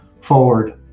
forward